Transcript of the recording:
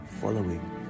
following